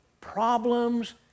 problems